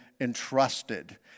entrusted